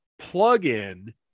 plug-in